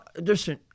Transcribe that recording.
Listen